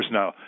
now